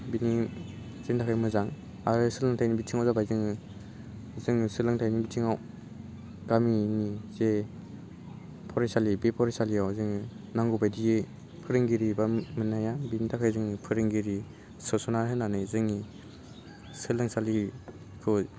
बेनि जोंनि थाखाय मोजां आरो सोलोंथाइनि बिथिङाव जाबाय जोङो जोङो सोलोंथाइनि बिथिङाव गामिनि जे फरायसालि बे फरायसालियाव जोङो नांगौ बायदियै फोरोंगिरि एबा मोन्नो हाया बेनि थाखाय जोङो फोरोंगिरि सोस'ननानै होनानै जोंनि सोलोंसालिखौ